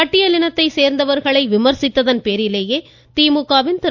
பட்டியலினத்தை சேர்ந்தவர்களை விமர்சித்ததன் பேரிலேயே திமுகவின் திரு